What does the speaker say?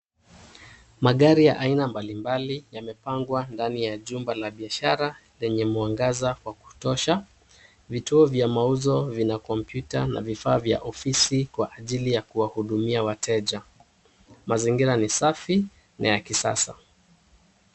Magari aina mbalimbali yamepangwa ndani ya jumba la biashara lenye mwangaza wa kutosha. Vituo vya mauzo vina kompyuta na vifaa vya ofisi kwa ajili ya kuwahudumia wateja. Mazingira ni safi na ya kisasa.